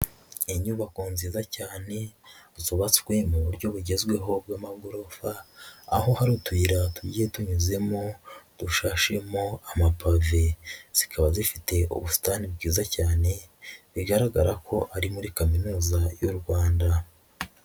Inyubako nziza cyane zubabatswe mu buryo bugezweho bw'amagorofa, aho hari utuyira tugiye tunyuzemo dushashimo amapave, zikaba zifite ubusitani bwiza cyane, bigaragara ko ari muri kaminuza y'u Rwanda.